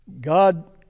God